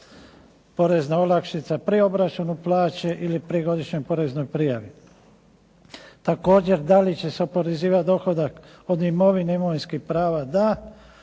porezna olakšica pri obračunu plaće ili pri godišnjoj poreznoj prijavi. Također da li će se oporezivati dohodak od imovine i imovinskih prava? Da.